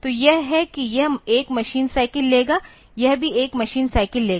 तो यह है कि यह 1 मशीन साइकिल लेगा यह भी 1 मशीन साइकिल लेगा